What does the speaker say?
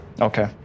Okay